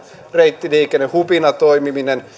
reittiliikenteen hubina toimiminen